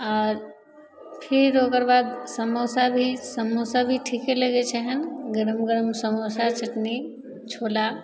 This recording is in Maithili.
आओर फेर ओकर बाद समोसा भी समोसा भी ठिके लगै छै हन गरम गरम समोसा चटनी छोला